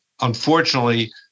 unfortunately